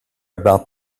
about